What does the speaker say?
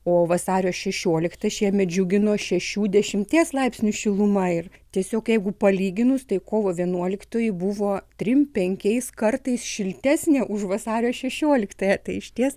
o vasario šešioliktą šiemet džiugino šešių dešimies laipsnių šiluma ir tiesiog jeigu palyginus tai kovo vienuoliktoji buvo trim penkiais kartais šiltesnė už vasario šešioliktąją tai išties